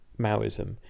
Maoism